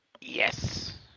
Yes